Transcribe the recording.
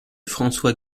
françois